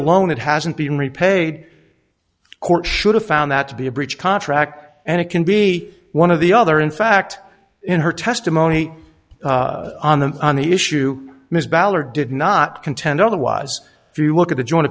a loan it hasn't been repaid court should have found that to be a breach of contract and it can be one of the other in fact in her testimony on the on the issue ms ballard did not contend otherwise if you look at the join